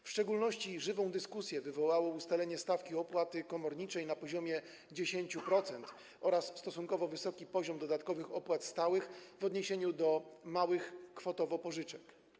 W szczególności żywą dyskusję wywołało ustalenie stawki opłaty komorniczej na poziomie 10% oraz stosunkowo wysoki poziom dodatkowych opłat stałych w odniesieniu do małych kwotowo pożyczek.